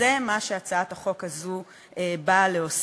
וזה מה שהצעת החוק הזאת באה להוסיף.